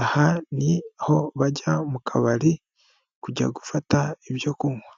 aha ni aho bajya mu kabari kujya gufata ibyo kunywa.